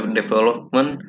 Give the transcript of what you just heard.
development